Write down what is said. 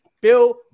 Bill